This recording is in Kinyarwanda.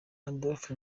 adolphe